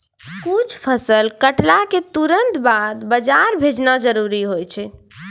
कुछ फसल कटला क तुरंत बाद बाजार भेजना जरूरी होय छै